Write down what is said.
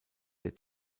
der